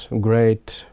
great